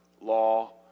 law